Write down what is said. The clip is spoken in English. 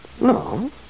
no